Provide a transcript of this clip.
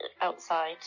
outside